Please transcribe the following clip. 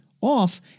off